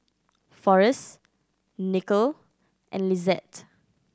Forest Nichol and Lizette